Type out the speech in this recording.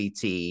CT